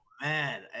man